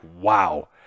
wow